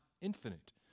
infinite